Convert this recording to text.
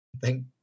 thank